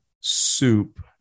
Soup